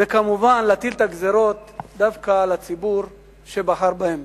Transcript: וכמובן להטיל את הגזירות דווקא על הציבור שבחר בהן.